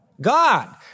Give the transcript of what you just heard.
God